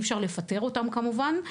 אי אפשר לפטר אותם כמובן,